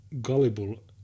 gullible